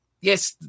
yes